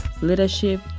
leadership